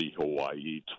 Hawaii